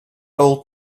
old